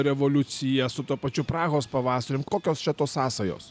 revoliucija su tuo pačiu prahos pavasarium kokios čia tos sąsajos